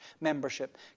membership